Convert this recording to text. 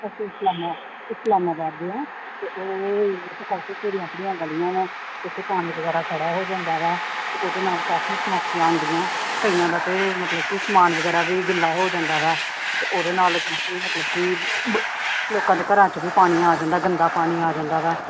ਅਸੀਂ ਇਸਲਾਮਾਬਾਦ ਦੇ ਹਾਂ ਅਤੇ ਉਹ ਇਹ ਗਲੀਆਂ ਵਾ ਉੱਥੇ ਪਾਣੀ ਵਗੈਰਾ ਖੜ੍ਹਾ ਹੋ ਜਾਂਦਾ ਗਾ ਅਤੇ ਉਹਦੇ ਨਾਲ ਕਾਫੀ ਸਮੱਸਿਆ ਆਉਂਦੀਆਂ ਕਈਆਂ ਦਾ ਤਾਂ ਮਤਲਬ ਕਿ ਸਮਾਨ ਵਗੈਰਾ ਵੀ ਗਿੱਲਾ ਹੋ ਜਾਂਦਾ ਵੈ ਅਤੇ ਉਹਦੇ ਨਾਲ ਕਿਉਂਕਿ ਮਤਲਬ ਕਿ ਲੋਕਾਂ ਦੇ ਘਰਾਂ 'ਚ ਵੀ ਪਾਣੀ ਆ ਜਾਂਦਾ ਗੰਦਾ ਪਾਣੀ ਆ ਜਾਂਦਾ ਵਾ